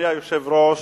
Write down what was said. אדוני היושב-ראש,